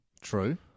True